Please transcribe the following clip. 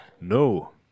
No